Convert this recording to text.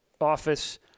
office